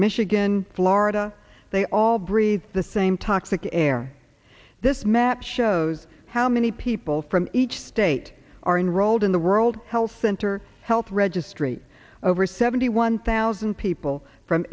michigan florida they all breathe the same toxic air this map shows how many people from each state are enrolled in the world health center health registry over seventy one thousand people from